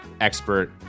expert